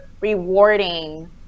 rewarding